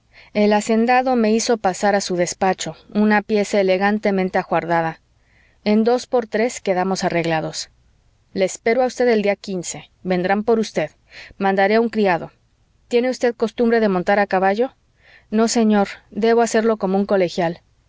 el hacendado me hizo pasar a su despacho una pieza elegantemente ajuarada en dos por tres quedamos arreglados le espero a usted el día quince vendrán por usted mandaré un criado tiene usted costumbre de montar a caballo no señor debo hacerlo como un colegial